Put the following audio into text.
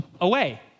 away